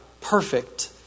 perfect